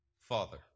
father